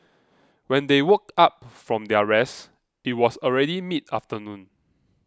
when they woke up from their rest it was already mid afternoon